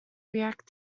react